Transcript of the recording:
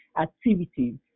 activities